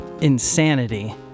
insanity